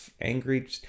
Angry